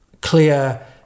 clear